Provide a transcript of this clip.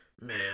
Man